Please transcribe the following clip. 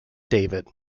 david